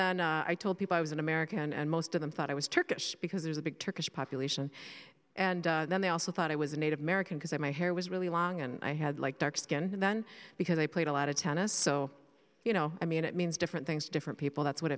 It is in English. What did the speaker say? then and i told people i was an american and most of them thought i was turkish because there's a big turkish population and then they also thought i was a native american because i my hair was really long and i had like dark skin and then because i played a lot of tennis so you know i mean it means different things to different people that's what